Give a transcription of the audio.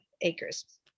acres